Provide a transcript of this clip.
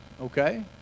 okay